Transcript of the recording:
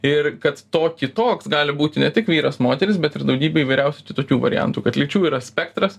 ir kad to kitoks gali būti ne tik vyras moteris bet ir daugybė įvairiausių kitokių variantų kad lyčių yra spektras